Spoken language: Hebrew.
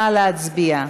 נא להצביע.